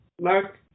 Mark